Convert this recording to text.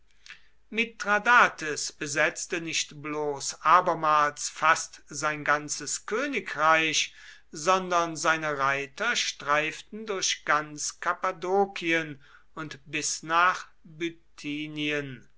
mithradates besetzte nicht bloß abermals fast sein ganzes königreich sondern seine reiter streiften durch ganz kappadokien und bis nach